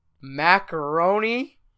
Macaroni